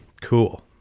Cool